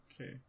Okay